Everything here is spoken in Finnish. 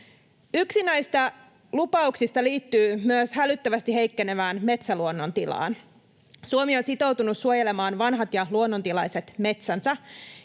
Yksi näistä lupauksista liittyy myös hälyttävästi heikkenevään metsäluonnon tilaan. Suomi on sitoutunut suojelemaan vanhat ja luonnontilaiset metsänsä,